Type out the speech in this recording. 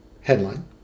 headline